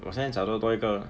我现在找到多一个